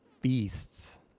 feasts